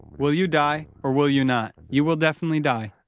will you die or will you not? you will definitely die,